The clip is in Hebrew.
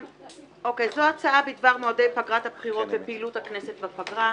זו הצעה בדבר מועדי פגרת הבחירות לפעילות הכנסת בפגרה.